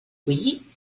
bullir